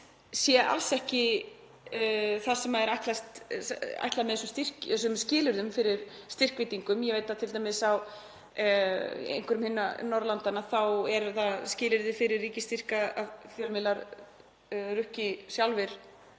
sé alls ekki það sem er ætlað með þessum skilyrðum fyrir styrkveitingum. Ég veit að t.d. að í einhverjum hinna Norðurlandanna eru skilyrði fyrir ríkisstyrk að fjölmiðlar rukki sjálfir